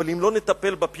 אבל אם לא נטפל בפינות,